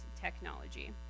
technology